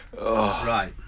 Right